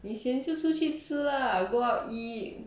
你 sian 就去吃 lah go out eat